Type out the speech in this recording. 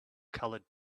colored